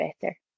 better